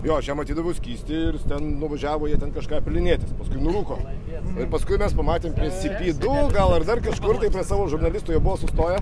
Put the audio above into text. jo aš jam atidaviau skystį ir jis ten nuvažiavo jie ten kažką pylinėtis paskui nurūko ir paskui mes pamatėm prie sy py du gal ar dar kažkur tai prie savo žurnalistų jie buvo sustoję